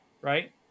right